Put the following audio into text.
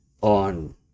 on